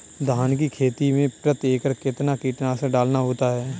धान की खेती में प्रति एकड़ कितना कीटनाशक डालना होता है?